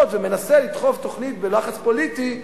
ומנסה לדחוף תוכנית בלחץ פוליטי,